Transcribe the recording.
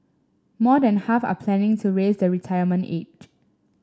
more than half are planning to raise the retirement age